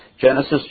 Genesis